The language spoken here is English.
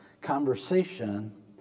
conversation